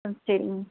ம் சரிங்க